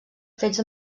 fets